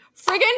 Friggin